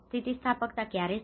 સ્થિતિસ્થાપકતા ક્યારે છે